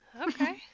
Okay